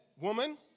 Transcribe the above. woman